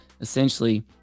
essentially